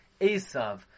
Esav